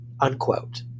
Unquote